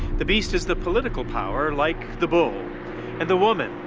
the beast is the political power like the bull and the woman,